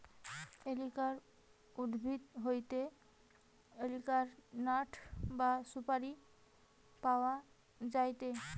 areca উদ্ভিদ হইতে areca nut বা সুপারি পাওয়া যায়টে